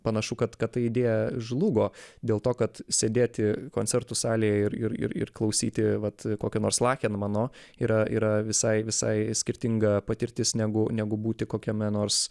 panašu kad kad ta idėja žlugo dėl to kad sėdėti koncertų salėje ir ir ir ir klausyti vat kokio nors lakenmano yra yra visai visai skirtinga patirtis negu negu būti kokiame nors